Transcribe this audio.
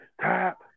tap